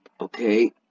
okay